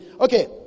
Okay